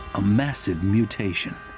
a massive mutation.